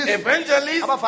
evangelists